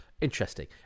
Interesting